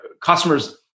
customers